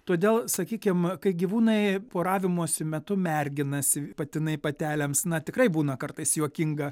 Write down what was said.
todėl sakykim kai gyvūnai poravimosi metu merginasi patinai patelėms na tikrai būna kartais juokinga